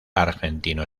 argentino